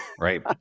right